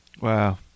wow